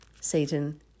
Satan